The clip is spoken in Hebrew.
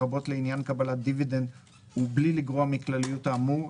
לרבות לעניין קבלת דיבידנד ובלי לגרוע מכלליות האמור,